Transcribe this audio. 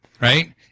right